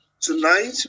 tonight